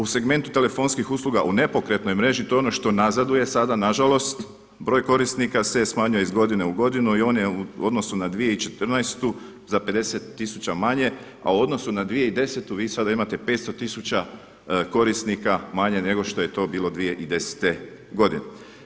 U segmentu telefonskih usluga u nepokretnoj mreži, to je ono što nazaduje sada nažalost, broj korisnika se smanjuje iz godine u godinu i on je u odnosu na 2014. za 50 tisuća manje, a u odnosu na 2010. vi sada imate 500 tisuća korisnika manje nego što je to bilo 2010. godine.